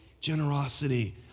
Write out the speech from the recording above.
Generosity